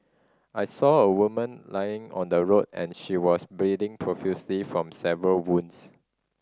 I saw a woman lying on the road and she was bleeding profusely from several wounds